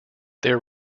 their